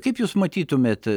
kaip jūs matytumėt